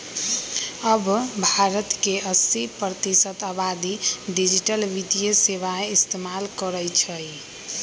अब भारत के अस्सी प्रतिशत आबादी डिजिटल वित्तीय सेवाएं इस्तेमाल करई छई